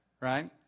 right